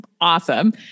awesome